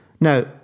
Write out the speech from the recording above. Now